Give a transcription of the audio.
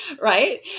right